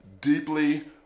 Deeply